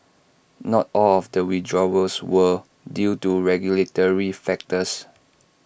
not all of the withdrawals were due to regulatory factors